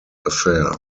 affair